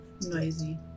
noisy